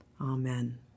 amen